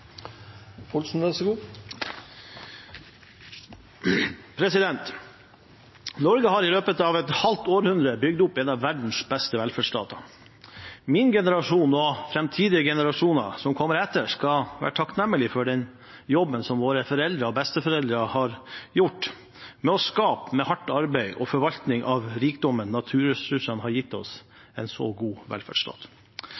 har i løpet av et halvt århundre bygd opp en av verdens beste velferdsstater. Min generasjon og framtidige generasjoner som kommer etter, skal være takknemlig for den jobben som våre foreldre og besteforeldre har gjort med å skape – med hardt arbeid og forvaltning av rikdommen naturressursene har gitt oss